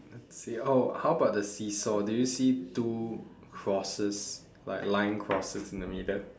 let's see oh how about the seesaw did you see two crosses like line crosses in the middle